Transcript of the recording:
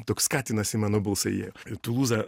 toks katinas į mano balsą įėjo ir tulūza